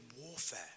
warfare